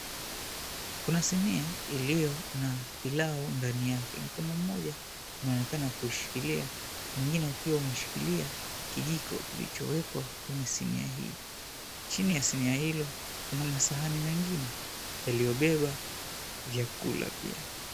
Kuna sinia iliyo na pilau ndani yake. 𝑀kono mmoja unaonekana kuishikilia mwingine ukiwa umeshikilia kijiko kilichowekwa kwenye sinia hii. Chini ya sinia hilo kuna masahani mengine yaliyobeba vyakula pia.